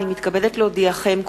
אני מתכבדת להודיעכם,